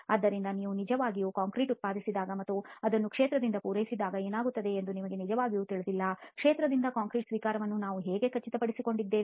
ಆದ್ದರಿಂದ ನೀವು ನಿಜವಾಗಿಯೂ ಕಾಂಕ್ರೀಟ್ ಉತ್ಪಾದಿಸುವಾಗ ಮತ್ತು ಅದನ್ನು ಕ್ಷೇತ್ರದಲ್ಲಿ ಪೂರೈಸುವಾಗ ಏನಾಗುತ್ತದೆ ಎಂದು ನಿಮಗೆ ನಿಜವಾಗಿಯೂ ತಿಳಿದಿಲ್ಲ ಕ್ಷೇತ್ರದಲ್ಲಿ ಕಾಂಕ್ರೀಟ್ ಸ್ವೀಕಾರವನ್ನು ನಾವು ಹೇಗೆ ಖಚಿತಪಡಿಸಿಕೊಳ್ಳುತ್ತೇವೆ